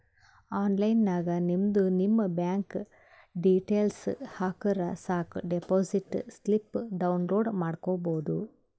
online ನಾಗ್ ನಿಮ್ದು ನಿಮ್ ಬ್ಯಾಂಕ್ ಡೀಟೇಲ್ಸ್ ಹಾಕುರ್ ಸಾಕ್ ಡೆಪೋಸಿಟ್ ಸ್ಲಿಪ್ ಡೌನ್ಲೋಡ್ ಮಾಡ್ಕೋಬೋದು